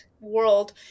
world